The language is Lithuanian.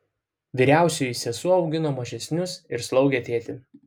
vyriausioji sesuo augino mažesnius ir slaugė tėtį